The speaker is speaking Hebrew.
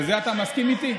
בזה אתה מסכים איתי?